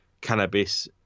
cannabis